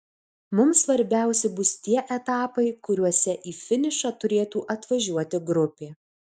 mums svarbiausi bus tie etapai kuriuose į finišą turėtų atvažiuoti grupė